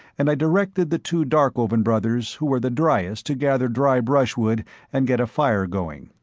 and i directed the two darkovan brothers who were the driest to gather dry brushwood and get a fire going.